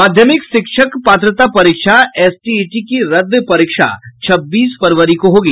माध्यमिक शिक्षक पात्रता परीक्षा एसटीईटी की रद्द परीक्षा छब्बीस फरवरी को होगी